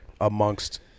amongst